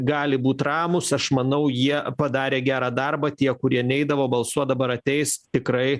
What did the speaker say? gali būti ramūs aš manau jie padarė gerą darbą tie kurie neidavo balsuot dabar ateis tikrai